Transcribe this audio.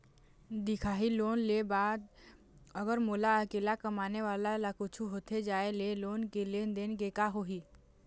दिखाही लोन ले के बाद अगर मोला अकेला कमाने वाला ला कुछू होथे जाय ले लोन के लेनदेन के का होही?